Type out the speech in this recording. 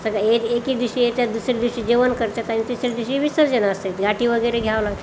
सगळा एक एकेक दिवशी येत्यात दुसऱ्या दिवशी जेवण करतात आणि तिसऱ्या दिवशी विसर्जन असते गाठी वगैरे घ्यावं लागते